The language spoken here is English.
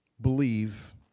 believe